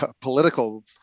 political